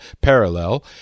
parallel